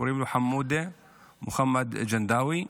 קוראים לו חמודי מוחמד ג'נדאווי.